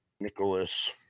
Nicholas